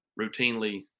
routinely